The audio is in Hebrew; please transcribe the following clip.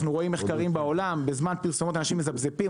אנחנו רואים מחקרים בעולם שבזמן פרסומות אנשים מזפזפים,